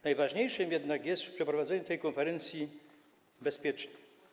Najważniejsze jednak jest przeprowadzenie tej konferencji bezpiecznie.